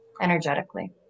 energetically